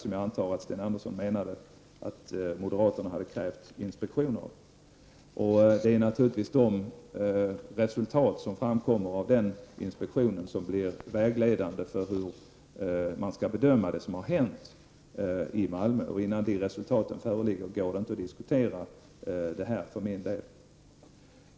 Jag antar att det var det som Sten Andersson avsåg när han talade om att moderaterna hade begärt en inspektion. Det är naturligtvis resultaten av den inspektionen som blir vägledande för hur man skall bedöma det som har hänt i Malmö. Innan de resultaten föreligger kan jag för min del inte diskutera dessa saker.